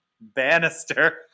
Bannister